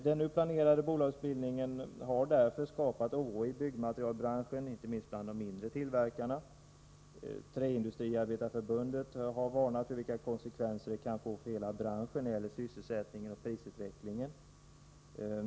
Den nu planerade bolagsbildningen har därför skapat oro i byggmaterialbranschen, inte minst bland de mindre tillverkarna. Träindustriarbetareförbundet har varnat för vilka konsekvenser den kan få för hela branschen när det gäller sysselsättningen och prisutvecklingen.